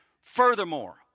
furthermore